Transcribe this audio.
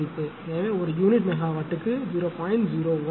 எனவே ஒரு யூனிட் மெகாவாட்டுக்கு 0